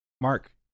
Mark